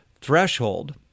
threshold